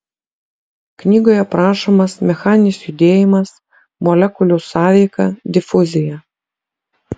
knygoje aprašomas mechaninis judėjimas molekulių sąveika difuzija